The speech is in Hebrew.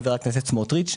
חבר הכנסת סמוטריץ'.